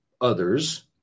others